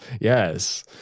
Yes